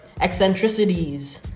eccentricities